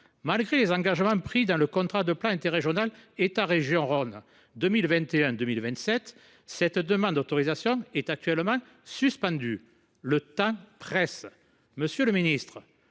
Malgré les engagements pris dans le contrat de plan interrégional État région Rhône Saône 2021 2027, cette demande d’autorisation est actuellement suspendue. Le temps presse,